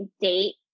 date